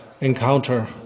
encounter